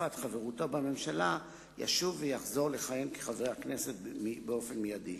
תקופת חברותו בממשלה ישוב ויחזור לכהן כחבר הכנסת באופן מיידי.